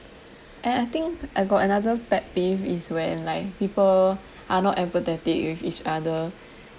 and I think I got another pet peeve is when like people are not empathetic with each other